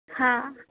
हाँ